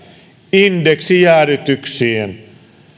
indeksijäädytyksien